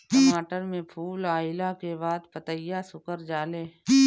टमाटर में फूल अईला के बाद पतईया सुकुर जाले?